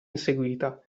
inseguita